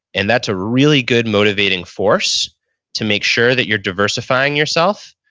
and that's a really good motivating force to make sure that you're diversifying yourself,